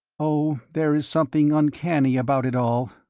oh, there is something uncanny about it all.